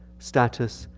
status,